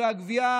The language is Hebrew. והגבייה,